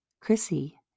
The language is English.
chrissy